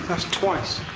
twice